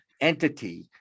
entity